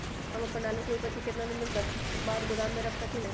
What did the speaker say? हम अपन आलू के ऊपज के केतना दिन बाद गोदाम में रख सकींले?